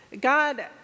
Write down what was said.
God